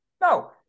No